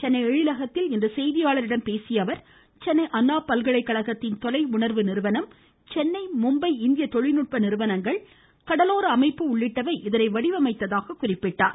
சென்னை எழிலகத்தில் இன்று செய்தியாளர்களிடம் பேசிய அவர் சென்னை அண்ணா பல்கலைக்கழகத்தின் தொலை உணர்வு நிறுவனம் சென்னை மும்பை இந்திய தொழில்நுட்ப நிறுவனங்கள் கடலோர அமைப்பு உள்ளிட்டவை இதனை வடிவமைத்துள்ளதாக குறிப்பிட்டார்